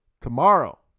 tomorrow